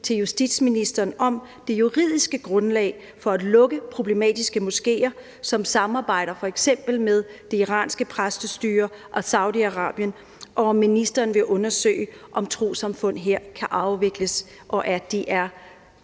til justitsministeren om det juridiske grundlag for at lukke problematiske moskeer, som samarbejder med f.eks. det iranske præstestyre og Saudi-Arabien, og om ministeren vil undersøge, om trossamfund her kan afvikles, hvis de